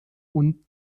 und